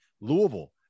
Louisville